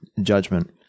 judgment